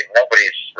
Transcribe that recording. nobody's